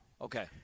Okay